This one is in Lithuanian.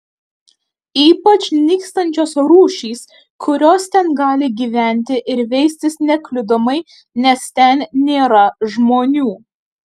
ypač nykstančios rūšys kurios ten gali gyventi ir veistis nekliudomai nes ten nėra žmonių